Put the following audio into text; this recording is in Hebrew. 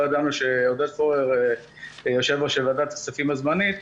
לא ידענו שעודד פורר יושב-ראש ועדת הכספים הזמנית,